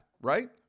right